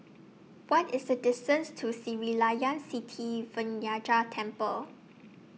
What IS The distance to Sri Layan Sithi Vinayagar Temple